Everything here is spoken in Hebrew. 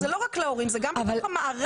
זה לא רק להורים, זה גם בתוך המערכת.